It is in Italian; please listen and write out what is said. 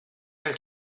nel